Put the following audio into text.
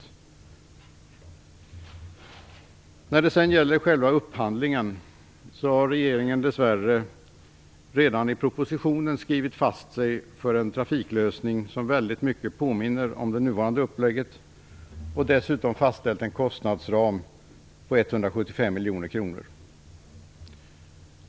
Vi anser alltså inte att denna nya lagstiftning behövs. När det sedan gäller själva upphandlingen så har regeringen dess värre redan i propositionen skrivit fast sig för en trafiklösning som väldigt mycket påminner om den nuvarande och dessutom fastställt en årlig kostnadsram på 175 miljoner kronor.